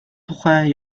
тухай